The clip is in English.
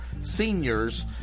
seniors